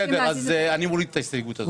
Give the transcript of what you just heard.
בסדר, אז אני מוריד את ההסתייגות הזאת.